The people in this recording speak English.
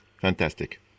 fantastic